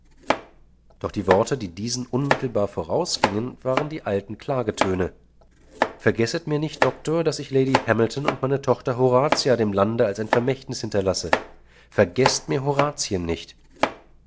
doch die worte die diesen unmittelbar vorausgingen waren die alten klagetöne vergesset mir nicht doktor daß ich lady hamilton und meine tochter horatia dem lande als ein vermächtnis hinterlasse vergeßt mir horatien nicht